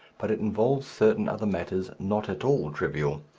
but it involves certain other matters not at all trivial,